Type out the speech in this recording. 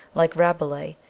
like rabelais,